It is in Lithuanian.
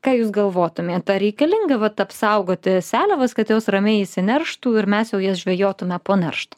ką jūs galvotumėt ar reikalinga vat apsaugoti seliavas kad jos ramiai įsinerštų ir mes jau jas žvejotume po neršto